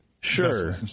sure